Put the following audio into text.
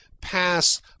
pass